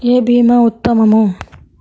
ఏ భీమా ఉత్తమము?